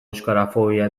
euskarafobia